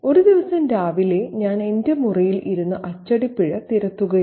ഒരു ദിവസം രാവിലെ ഞാൻ എന്റെ മുറിയിൽ ഇരുന്നു അച്ചടിപ്പിഴ തിരുത്തുകയായിരുന്നു